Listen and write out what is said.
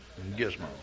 gizmo